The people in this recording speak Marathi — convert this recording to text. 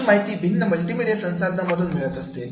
अशी माहिती भिन्न मल्टीमीडिया संसाधनातून मिळत असते